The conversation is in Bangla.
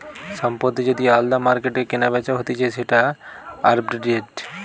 সম্পত্তি যদি আলদা মার্কেটে কেনাবেচা হতিছে সেটা আরবিট্রেজ